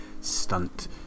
stunt